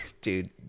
dude